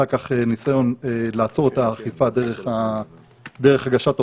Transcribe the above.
אחר כך בניסיון לעצור את האכיפה דרך הגשת תוכניות,